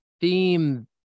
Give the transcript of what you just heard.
theme